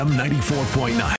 94.9